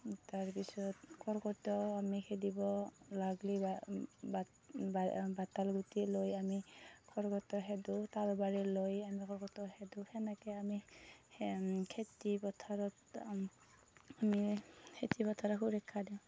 তাৰ পিছত কৰ্কেটুৱাও আমি খেদিব লাগলে বা বা বাতাল গুটি লৈ আমি কৰ্কেটুৱা খেদোঁ তাঁৰ বাৰি লৈ আমি কৰ্কেটুৱা খেদোঁ সেনেকে আমি খেতি পথাৰত আমি খেতি পথাৰ সুৰক্ষা দিওঁ